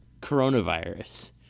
coronavirus